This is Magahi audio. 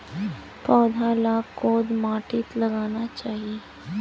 पौधा लाक कोद माटित लगाना चही?